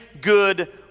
good